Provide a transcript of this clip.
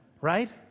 Right